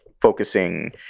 Focusing